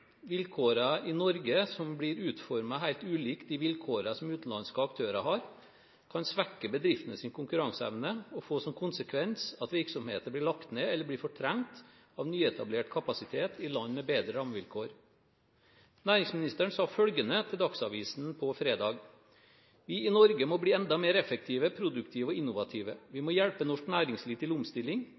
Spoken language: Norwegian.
i et internasjonalt marked. Vilkårene i Norge, som blir utformet helt ulikt de vilkårene som utenlandske aktører har, kan svekke bedriftenes konkurranseevne og få som konsekvens at virksomheter blir lagt ned, eller blir fortrengt av nyetablert kapasitet i land med bedre rammevilkår. Næringsministeren sa følgende til Dagsavisen på fredag: må vi i Norge bli enda mer effektive, produktive og innovative. Vi må hjelpe norsk næringsliv til omstilling.